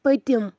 پٔتِم